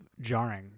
jarring